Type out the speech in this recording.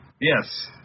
Yes